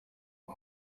ubu